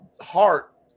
heart